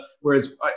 Whereas